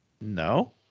No